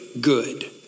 good